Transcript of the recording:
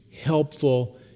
helpful